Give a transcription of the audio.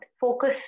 focus